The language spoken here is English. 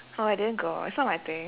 oh I didn't go it's not my thing